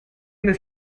this